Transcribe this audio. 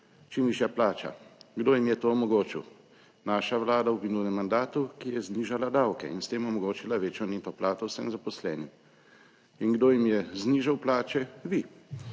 Čim višja plača. Kdo jim je to omogočil? Naša vlada v minulem mandatu, ki je znižala davke in s tem omogočila večjo neto plačo vsem zaposlenim. In kdo jim je znižal plače? Vi,